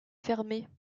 fermée